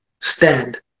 stand